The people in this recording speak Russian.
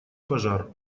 пожар